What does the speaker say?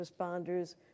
responders